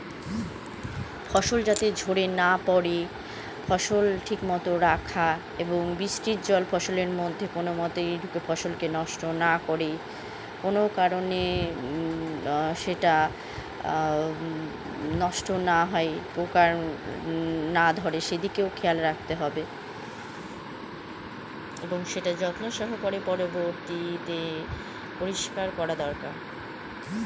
ফসলকাটার পরবর্তী সময়ে কি কি বন্দোবস্তের প্রতি গুরুত্ব দেওয়া দরকার বলে মনে হয়?